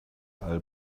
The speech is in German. all